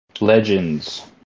Legends